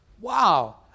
wow